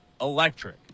electric